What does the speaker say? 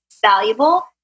valuable